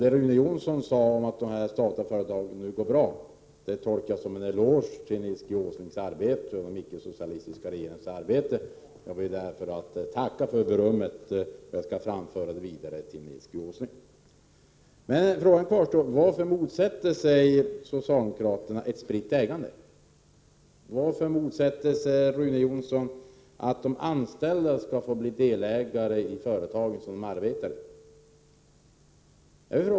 Det Rune Jonsson sade om att de statliga företagen nu går bra tolkar jag som en eloge till Nils G Åslings och den icke socialistiska regeringens arbete. Jag ber att få tacka för berömmet och skall föra det vidare till Nils G Åsling. Frågan kvarstår: Varför motsätter sig socialdemokraterna ett spritt ägande? Varför motsätter sig Rune Jonsson att de anställda skall få bli delägare i företagen som de arbetar i?